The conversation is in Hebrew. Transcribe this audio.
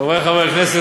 חברי חברי הכנסת,